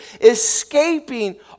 escaping